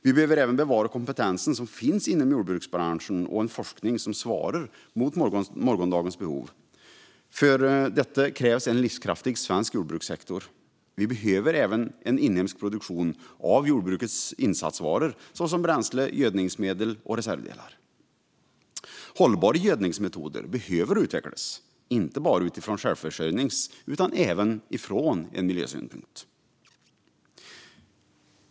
Vi behöver bevara den kompetens som finns inom jordbruksbranschen och även en forskning som svarar mot morgondagens behov. För detta krävs en livskraftig svensk jordbrukssektor. Vi behöver också en inhemsk produktion av jordbrukets insatsvaror såsom bränsle, gödningsmedel och reservdelar. Hållbara gödningsmetoder behöver utvecklas, inte bara utifrån självförsörjningssynpunkt utan också utifrån miljösynpunkt.